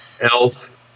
Elf